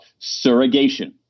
surrogation